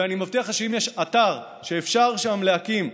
ואני מבטיח לך שאם יש אתר שאפשר שם להקים,